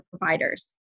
providers